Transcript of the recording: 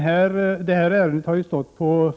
Herr talman!